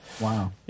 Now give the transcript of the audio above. Wow